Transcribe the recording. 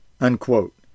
unquote